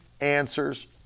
answers